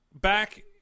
back